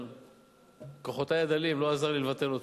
אבל כוחותי הדלים לא עזרו לי לבטל אותו.